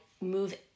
move